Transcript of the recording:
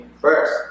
first